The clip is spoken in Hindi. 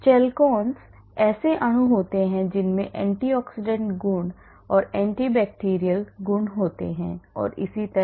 चेलकोन्स अणु होते हैं जिनमें एंटी ऑक्सीडेंट गुण anti bacterial गुण होते हैं और इसी तरह